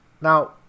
now